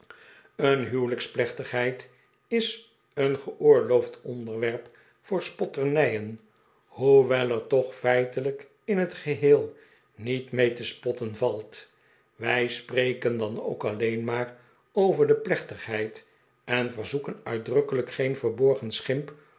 een huwelijksplechtigheid is een geoorloofd onderwerp voor spotternijen hoewel er toch feitelijk in t geheel niet mee te spotten valt wij spreken dan ook alleen maar over de plechtigheid en verzoeken uitdrukkelijk geen verborgen schimp